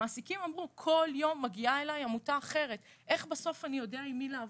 המעסיקים אמרו שכל יום מגיעה עמותה אחרת ואיך בסוף יודעים עם מי לעבוד?